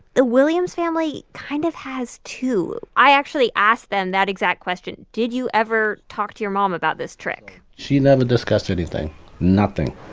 the williams family kind of has, too. i actually asked them that exact question. did you ever talk to your mom about this trick? she never discussed anything nothing.